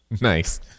Nice